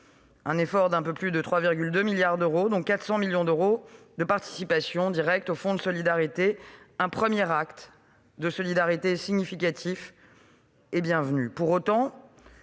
au total d'un peu plus de 3,2 milliards d'euros, dont 400 millions d'euros de participation directe au Fonds de solidarité, premier acte de solidarité significatif et bienvenu. Pour autant-